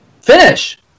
finish